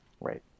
Right